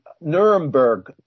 Nuremberg